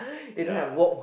ya